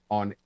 on